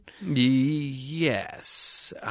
Yes